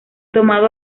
tomado